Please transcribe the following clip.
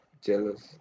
Jealous